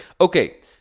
Okay